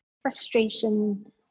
frustration